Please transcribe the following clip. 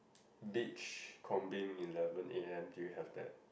beachcombing eleven A_M do you have that